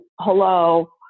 hello